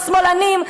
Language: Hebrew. השמאלנים,